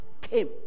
came